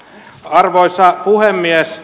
arvoisa puhemies